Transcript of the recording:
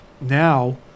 Now